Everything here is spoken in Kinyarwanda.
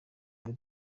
muri